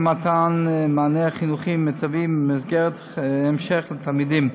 מתן מענה חינוכי מיטבי במסגרות המשך לתלמידים.